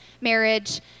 marriage